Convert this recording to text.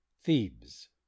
thebes